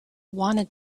wanted